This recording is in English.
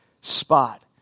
spot